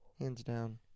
Hands-down